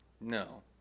No